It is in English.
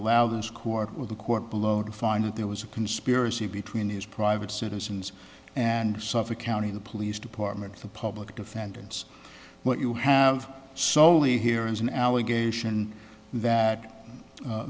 allow this court with the court below to find that there was a conspiracy between his private citizens and suffolk county the police department the public defendants what you have soley here is an allegation that